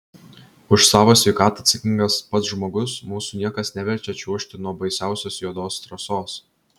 už savo sveikatą atsakingas pats žmogus mūsų niekas neverčia čiuožti nuo baisiausios juodos trasos